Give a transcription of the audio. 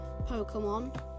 Pokemon